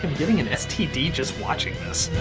getting an std just watching this.